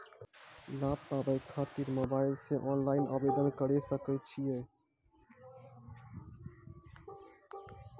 लाभ पाबय खातिर मोबाइल से ऑनलाइन आवेदन करें सकय छियै?